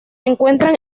encuentran